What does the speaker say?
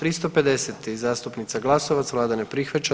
350. zastupnica Glasovac, vlada ne prihvaća.